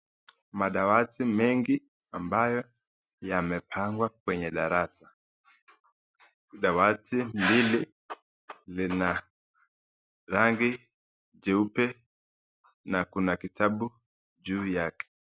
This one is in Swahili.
Madawati mengi ambayo yamepangwa kwenye darasa. Dawati mbili zina rangi nyeupe na kuna kitabu juu yake.